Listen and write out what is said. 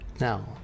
Now